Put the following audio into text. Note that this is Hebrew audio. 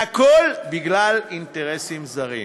הכול בגלל אינטרסים זרים.